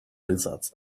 lizards